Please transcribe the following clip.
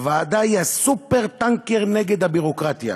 הוועדה היא ה"סופר-טנקר" נגד הביורוקרטיה,